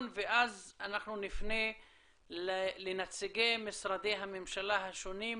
ואז אנחנו נפנה לנציגי משרדי הממשלה השונים,